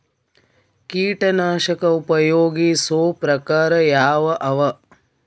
ಕೀಟನಾಶಕ ಉಪಯೋಗಿಸೊ ಪ್ರಕಾರ ಯಾವ ಅವ?